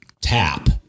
tap